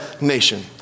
nation